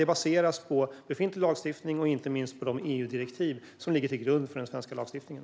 Det baseras på befintlig lagstiftning, och inte minst på de EU-direktiv som ligger till grund för den svenska lagstiftningen.